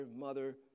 mother